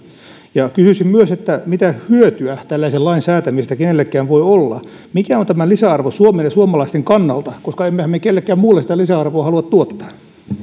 kysyisin myös mitä hyötyä tällaisen lain säätämisestä kenellekään voi olla mikä on tämän lisäarvo suomen ja suomalaisten kannalta koska emmehän me kenellekään muulle sitä lisäarvoa halua tuottaa